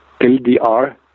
LDR